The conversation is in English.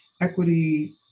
equity